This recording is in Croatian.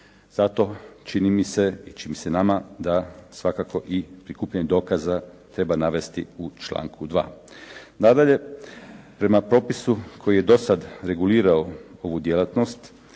Zato čini mi se i čini se nama, da svakako i prikupljanje dokaza treba navesti u članku 2. Nadalje, prema propisu koji je do sada regulirao ovu djelatnost,